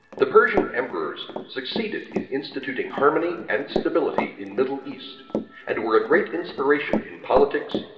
the persian emperors succeeded in instituting harmony and stability in middle east and were a great inspiration in politics,